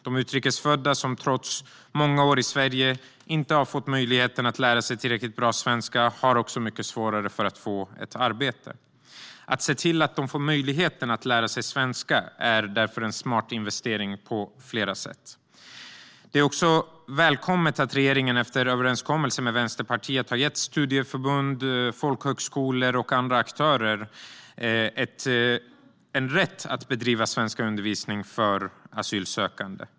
De utrikesfödda som trots många år i Sverige inte har fått möjlighet att lära sig tillräckligt bra svenska har också mycket svårare att få ett arbete. Att se till att de får möjlighet att lära sig svenska är en smart investering på flera sätt. Det är därför välkommet att regeringen efter överenskommelser med Vänsterpartiet har gett studieförbund, folkhögskolor och andra aktörer rätt att bedriva svenskundervisning för asylsökande.